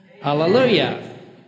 Hallelujah